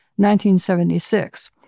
1976